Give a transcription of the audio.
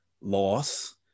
loss